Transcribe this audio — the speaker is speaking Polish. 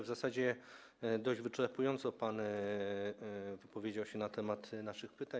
W zasadzie dość wyczerpująco pan wypowiedział się na temat naszych pytań.